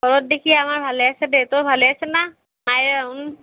ঘৰত দেখি আমাৰ ভালে আছে দে তই ভালে আছা না মায়েৰে